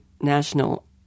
national